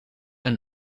een